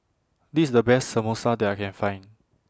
This IS The Best Samosa that I Can Find